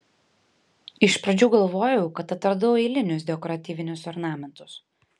iš pradžių galvojau kad atradau eilinius dekoratyvinius ornamentus